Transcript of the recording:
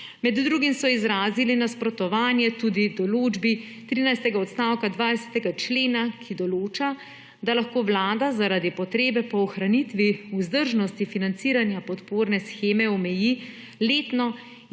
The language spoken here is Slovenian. Med drugim so izrazili nasprotovanje tudi določbi 13. odstavka 20. člena, ki določa, da lahko Vlada zaradi potrebe po ohranitvi vzdržnosti financiranja podporne sheme omeji letno